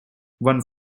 one